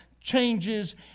changes